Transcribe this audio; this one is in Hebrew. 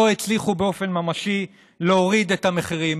לא הצליחו באופן ממשי להוריד את המחירים.